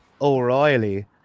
O'Reilly